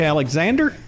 Alexander